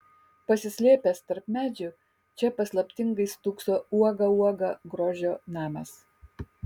pasislėpęs tarp medžių čia paslaptingai stūkso uoga uoga grožio namas